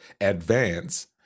advance